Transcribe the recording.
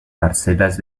parcelas